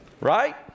Right